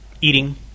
Eating